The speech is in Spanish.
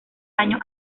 años